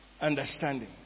understanding